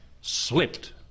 slipped